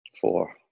four